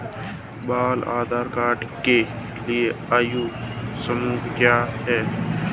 बाल आधार कार्ड के लिए आयु समूह क्या है?